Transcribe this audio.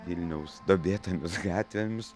vilniaus duobėtomis gatvėmis